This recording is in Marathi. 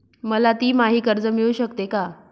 मला तिमाही कर्ज मिळू शकते का?